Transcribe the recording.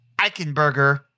Eichenberger